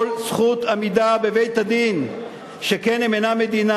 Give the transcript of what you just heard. זכות עמידה בבית-הדין שכן הם אינם מדינה?